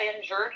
injured